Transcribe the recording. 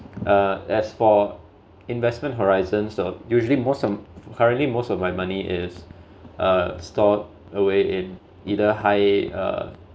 uh as for investment horizons so usually most of currently most of my money is uh stored away in either high uh